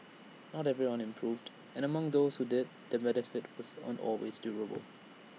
not everyone improved and among those who did the benefit wasn't always durable